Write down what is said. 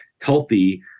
healthy